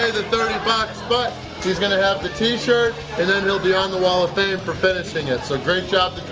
ah the thirty bucks but he's going to have the t-shirt and then you'll be on the wall of fame for finishing it so great job